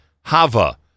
Hava